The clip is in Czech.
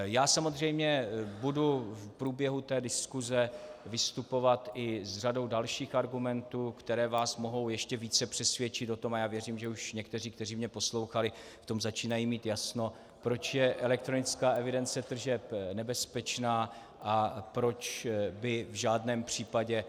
Já samozřejmě budu v průběhu diskuse vystupovat i s řadou dalších argumentů, které vás mohou ještě více přesvědčit o tom, a já věřím, že už někteří, kteří mě poslouchali, v tom začínají mít jasno, proč je elektronická evidence tržeb nebezpečná a proč by v žádném případě